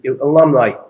alumni